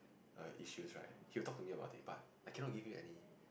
issue right he will talk to me about this but I cannot give you any